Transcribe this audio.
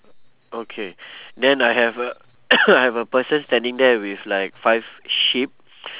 okay then I have a I have a person standing there with like five sheep